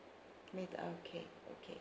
okay okay